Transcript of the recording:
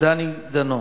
דני דנון.